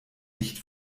nicht